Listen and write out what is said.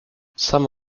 some